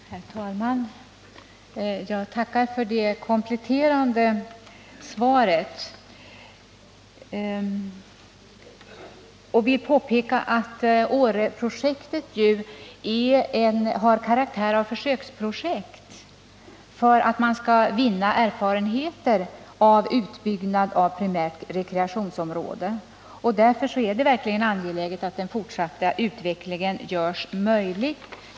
Herr talman! Jag tackar statsrådet för det kompletterande svaret. Jag vill påpeka att Åreprojektet har karaktär av försöksprojekt för att man skall vinna erfarenheter av utbyggnad av primärt rekreationsområde. Därför är det verkligen angeläget att den fortsatta utvecklingen möjliggörs.